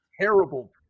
terrible